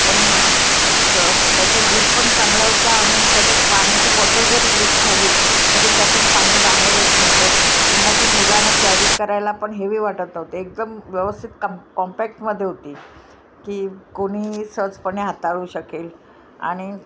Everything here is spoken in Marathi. पण त त्याच्या जीपन चांगल्या होत्या आणि त्याच्यात पाण्याची बॉटल जरी लिक झाली तरी त्यातून पाणी बाहेर येत नव्हतं पुन्हा ती मुलांना कॅरी करायला पण हे वाटत नव्हते एकदम व्यवस्थित कम कॉम्पॅक्टमधे होती की कोणीही सहजपणे हाताळू शकेल आणि